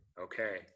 Okay